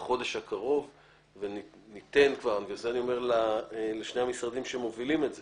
בחודש הקרוב וניתן כבר בגלל זה אני אומר לשני המשרדים שמובילים את זה: